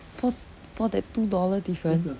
for for that two dollar difference